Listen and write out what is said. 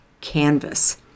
canvas